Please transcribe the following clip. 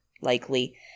likely